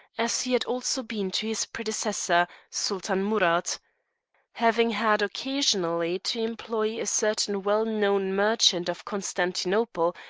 as he had also been to his predecessor, sultan amurath. having had occasionally to employ a certain well-known merchant of constantinople,